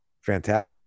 fantastic